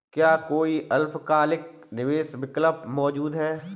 क्या कोई अल्पकालिक निवेश विकल्प मौजूद है?